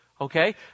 Okay